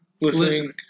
listening